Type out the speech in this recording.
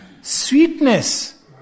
sweetness